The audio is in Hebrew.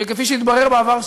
שכפי שהתברר בעבר,